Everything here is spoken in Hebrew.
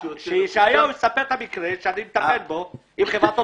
שישעיהו יספר את המקרה שאני מטפל בו עם חברת אוטובוסים.